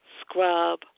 scrub